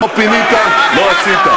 לא פינית, לא עשית.